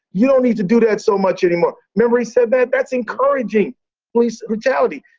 you don't need to do that so much anymore. remember he said that? that's encouraging police brutality.